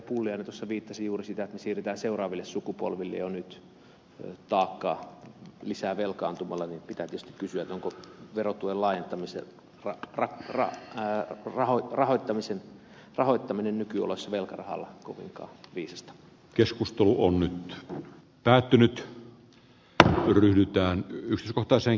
pulliainen viittasi juuri siihen että siirretään seuraaville sukupolville jo nyt taakkaa lisää velkaantumalla ja pitää tietysti kysyä onko verotuen laajentamisen rahoittaminen nykyoloissa velkarahalla kovinkaan viisasta keskustelu on nyt päättynyt että hän yrittää ottaa sen